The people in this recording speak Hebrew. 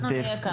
אנחנו נהיה כאן.